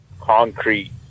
concrete